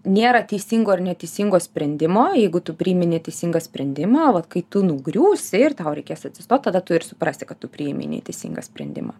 nėra teisingo ir neteisingo sprendimo jeigu tu priimi neteisingą sprendimą vat kai tu nugriūsi ir tau reikės atsistot tada turi suprasti kad tu priėmei teisingą sprendimą